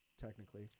Technically